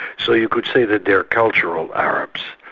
so you could say that they're cultural arabs.